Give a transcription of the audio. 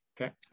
Okay